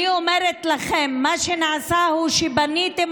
אני אומרת לכם שמה שנעשה הוא שבניתם